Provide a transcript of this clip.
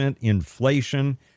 inflation